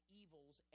evils